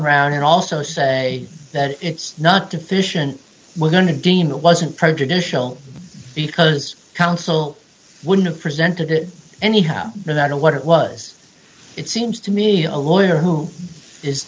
around and also say that it's not deficient we're going to deem it wasn't prejudicial because counsel wouldn't have presented it anyhow no matter what it was it seems to me a lawyer who is